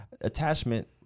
attachment